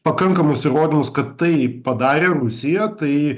pakankamus įrodymus kad tai padarė rusija tai